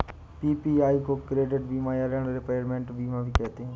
PPI को credit बीमा या ॠण रिपेयरमेंट बीमा भी कहते हैं